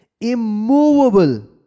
immovable